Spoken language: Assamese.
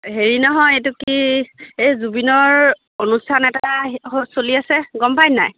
হেৰি নহয় এইটো কি এই জুবিনৰ অনুষ্ঠান এটা হৈ চলি আছে গম পাই নাই